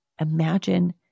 Imagine